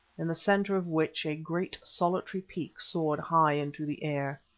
in the centre of which a great solitary peak soared high into the air.